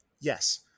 Yes